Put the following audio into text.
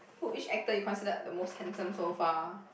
who which actor you consider the most handsome so far